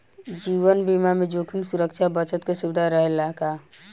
जीवन बीमा में जोखिम सुरक्षा आ बचत के सुविधा रहेला का?